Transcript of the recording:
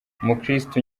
umukristu